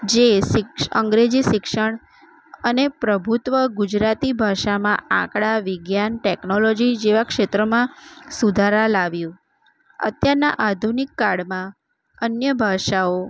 જે અંગ્રેજી શિક્ષણ અને પ્રભુત્વ ગુજરાતી ભાષામાં આંકડા વિજ્ઞાન ટેકનોલોજી જેવા ક્ષેત્રમાં સુધારા લાવ્યું અત્યારના આધુનિક કાળમાં અન્ય ભાષાઓ